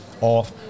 off